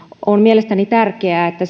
on mielestäni tärkeää että